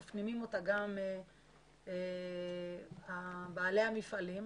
מפנימים אותה גם בעלי המפעלים.